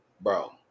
bro